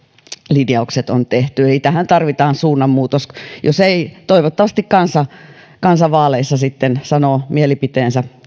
linjaukset on tehty eli tähän tarvitaan suunnanmuutos jos ei tule niin toivottavasti kansa sitten vaaleissa sanoo mielipiteensä